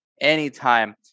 anytime